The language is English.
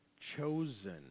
chosen